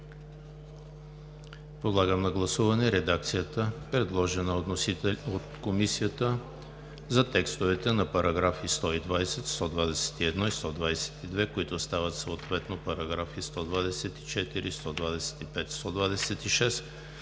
Подлагам на гласуване редакцията, предложена от Комисията за текста на параграфи 120, 121 и 122, които стават съответно параграфи 124, 125 и 126;